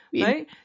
right